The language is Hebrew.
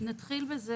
נתחיל בזה